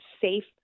safe